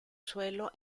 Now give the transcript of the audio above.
suelo